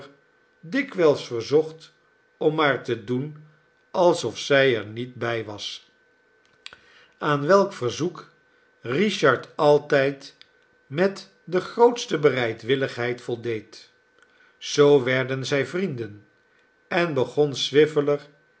dikwijls verzocht om maar te doen alsof zij er niet bij was aan welk verzoek richard altijd met de grootste bereidwilligheid voldeed zoo werden zij vrienden en begon